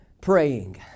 praying